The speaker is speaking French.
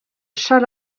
chat